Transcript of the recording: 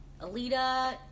Alita